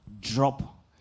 drop